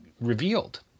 revealed